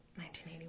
1981